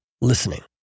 listening